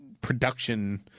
production